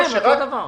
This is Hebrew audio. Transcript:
כן, אותו הדבר.